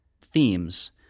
themes